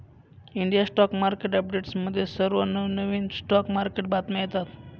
India stock market अपडेट्समध्ये सर्व नवनवीन स्टॉक मार्केट बातम्या येतात